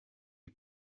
you